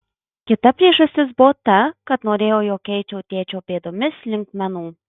kita priežastis buvo ta kad norėjo jog eičiau tėčio pėdomis link menų